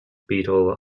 beetle